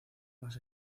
más